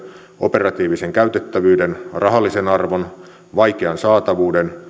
operatiivisen käytettävyyden rahallisen arvon vaikean saatavuuden